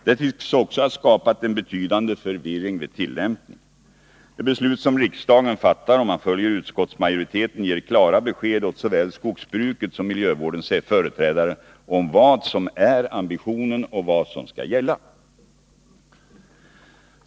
Det tycks också ha skapat en betydande förvirring vid tillämpningen. Det beslut som riksdagen nu fattar, om man följer utskottsmajoriteten, ger klara besked till såväl skogsbruket som miljövårdens företrädare om vad som är ambitionen och vad som skall gälla.